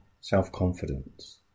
self-confidence